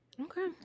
okay